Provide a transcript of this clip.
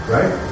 Right